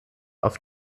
auf